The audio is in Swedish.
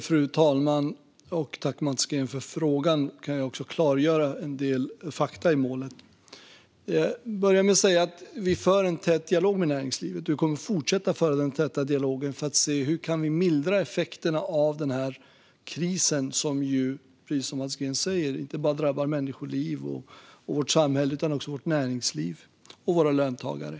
Fru talman! Tack, Mats Green, för frågan! Jag kan klargöra en del fakta i målet. Jag vill börja med att säga att vi för en tät dialog med näringslivet, och vi kommer att fortsätta att föra denna dialog för att se hur vi kan mildra effekterna av krisen. Precis som Mats Green sa drabbar den inte bara människoliv och vårt samhälle utan också vårt näringsliv och våra löntagare.